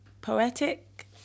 poetic